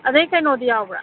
ꯑꯗꯒꯤ ꯀꯩꯅꯣꯗꯤ ꯌꯥꯎꯕ꯭ꯔꯥ